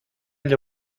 agli